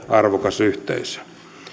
arvokas yhteisö